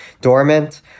dormant